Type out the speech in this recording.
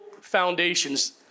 foundations